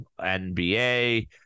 NBA